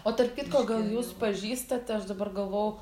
o tarp kitko gal jūs pažįstate aš dabar galvojau